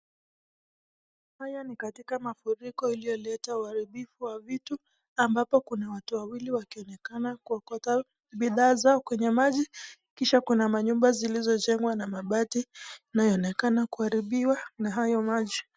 Haya ni katika mafuriko iliyoleta uharibifu wa vitu ambapo kuna watu wawili wakionekana kuokota bidhaa zao kwenye maji. Kisha kuna manyumba zilizojengwa na mabati inayoonekana kuharibiwa na hayo maji.